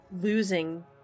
losing